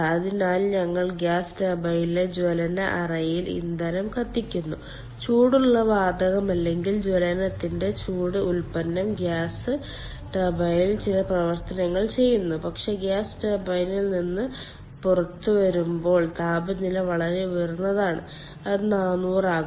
അതിനാൽ ഞങ്ങൾ ഗ്യാസ് ടർബൈനിലെ ജ്വലന അറയിൽ ഇന്ധനം കത്തിക്കുന്നു ചൂടുള്ള വാതകം അല്ലെങ്കിൽ ജ്വലനത്തിന്റെ ചൂടുള്ള ഉൽപ്പന്നം ഗ്യാസ് ടർബൈനിൽ ചില പ്രവർത്തനങ്ങൾ ചെയ്യുന്നു പക്ഷേ ഗ്യാസ് ടർബൈനിൽ നിന്ന് പുറത്തുവരുമ്പോൾ താപനില വളരെ ഉയർന്നതാണ് അത് 400 ആകാം